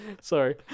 Sorry